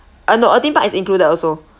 uh no a theme park is included also